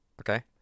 okay